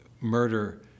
murder